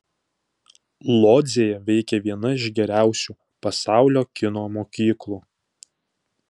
lodzėje veikia viena iš geriausių pasaulio kino mokyklų